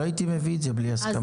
לא הייתי מביא את זה בלי הסכמה.